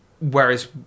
whereas